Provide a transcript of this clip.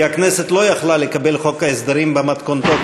כי הכנסת לא יכלה לקבל את חוק ההסדרים במתכונתו,